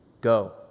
go